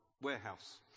warehouse